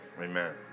Amen